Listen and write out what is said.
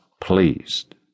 pleased